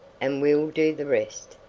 and we'll do the rest,